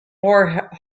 war